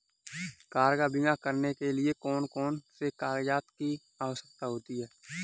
Car का बीमा करने के लिए कौन कौन से कागजात की आवश्यकता होती है?